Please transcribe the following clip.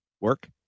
work